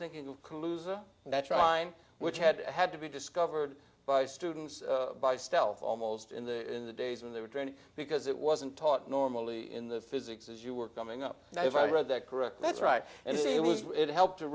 thinking you can lose a natural mind which had had to be discovered by students by stealth almost in the in the days when they were training because it wasn't taught normally in the physics as you were coming up now if i read that correct that's right and it was it helped to